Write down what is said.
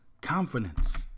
confidence